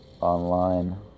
Online